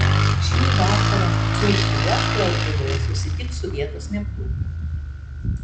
šį vakarą dzūkija klaipėdoje susitiks su vietos neptūnu